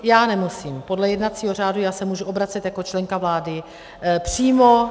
Já nemusím, podle jednacího řádu se můžu obracet jako členka vlády přímo.